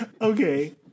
Okay